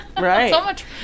Right